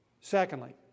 Secondly